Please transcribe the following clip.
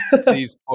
steve's